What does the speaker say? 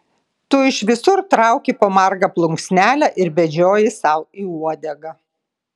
tu iš visur trauki po margą plunksnelę ir bedžioji sau į uodegą